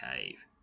cave